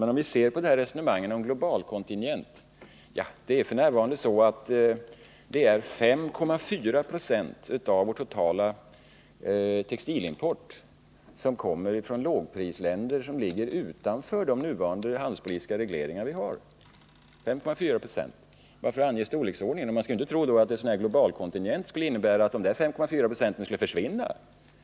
När det gäller resonemanget om en globalkontingent är det så att 5,4 90 av vår totala textilimport kommer från lågprisländer, som ligger utanför våra nuvarande handelspolitiska regleringar. Jag vill säga detta bara för att ange storleksordningen. Man skall inte tro att denna globalkontingent skulle innebära att dessa 5,4 70 skulle försvinna.